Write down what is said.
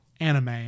anime